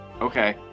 Okay